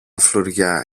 φλουριά